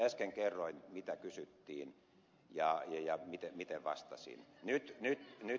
äsken kerroin mitä kysyttiin ja miten vastasin